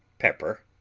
pepper,